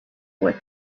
with